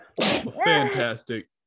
Fantastic